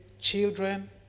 children